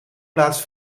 plaats